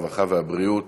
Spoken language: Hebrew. הרווחה והבריאות.